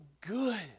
good